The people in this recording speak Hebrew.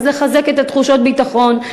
אז לחזק את תחושת הביטחון,